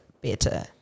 better